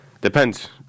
depends